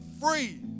free